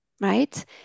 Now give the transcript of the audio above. right